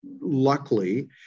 luckily